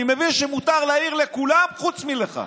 אני מבין שמותר להעיר לכולם חוץ מלך,